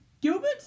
Gilbert